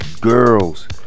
girls